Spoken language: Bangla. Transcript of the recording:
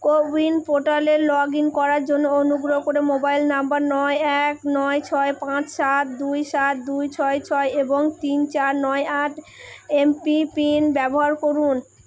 কোউইন পোর্টালে লগ ইন করার জন্য অনুগ্রহ করে মোবাইল নম্বর নয় এক নয় ছয় পাঁচ সাত দুই সাত দুই ছয় ছয় এবং তিন চার নয় আট এমপি পিন ব্যবহার করুন